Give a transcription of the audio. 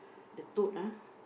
the toad ah